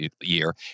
year